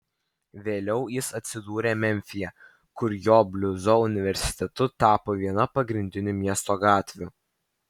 vėliau jis atsidūrė memfyje kur jo bliuzo universitetu tapo viena pagrindinių miesto gatvių